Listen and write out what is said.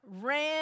ran